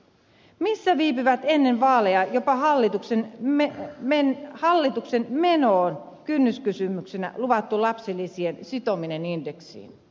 missä viipyy ennen vaaleja jopa hallitukseen menoon kynnyskysymyksenä luvattu lapsilisien sitominen indeksiin